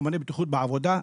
ממונה בטיחות בעבודה,